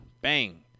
Bang